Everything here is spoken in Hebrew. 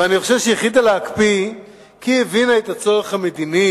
ואני חושב שהיא החליטה להקפיא כי היא הבינה את הצורך המדיני,